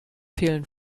fehlen